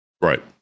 right